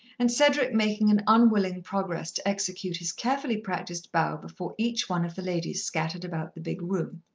and cedric making an unwilling progress to execute his carefully practised bow before each one of the ladies scattered about the big room.